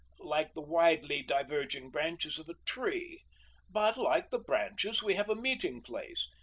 like the widely diverging branches of a tree but, like the branches, we have a meeting-place,